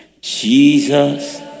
Jesus